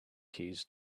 keys